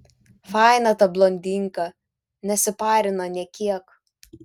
faina ta blondinka nesiparina nė kiek